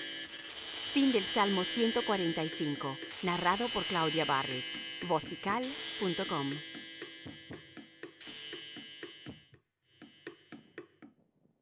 músico principal salmo de